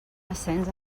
ascens